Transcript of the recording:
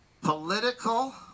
political